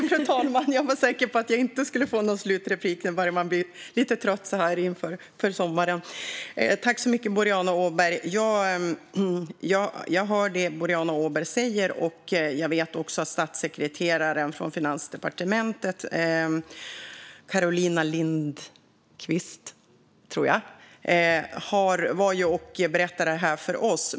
Fru talman! Jag hör vad Boriana Åberg säger, och jag vet också att statssekreterare Carolina Lindholm på Finansdepartementet var här och berättade för oss.